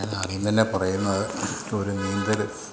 ഞാനാദ്യം തന്നെ പറയുന്നത് ഒരു നീന്തൽ